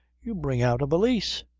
you bring out a valise.